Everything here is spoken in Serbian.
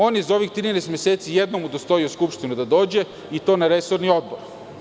On je za ovih 13 meseci jednom udostojio Skupštinu da dođe, i to na resorni odbor.